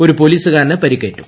ഒരു പൊലീസുകാരന് പരിക്കേറ്റു